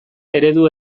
eredu